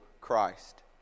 Christ